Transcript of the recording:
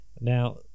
Now